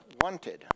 wanted